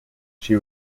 she